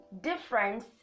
difference